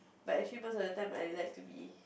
but actually most of the time I like to be